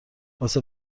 واسه